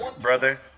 Brother